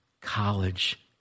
college